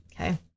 Okay